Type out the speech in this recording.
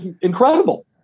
incredible